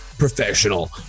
professional